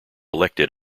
elected